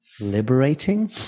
Liberating